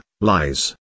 Lies